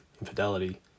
infidelity